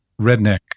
Redneck